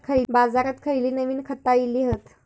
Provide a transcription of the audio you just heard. बाजारात खयली नवीन खता इली हत?